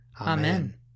Amen